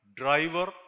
driver